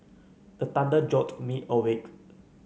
the thunder jolt me awake